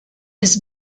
his